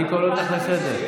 אני קורא אותך לסדר.